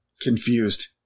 Confused